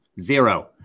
zero